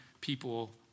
people